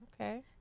Okay